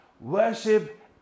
worship